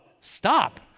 Stop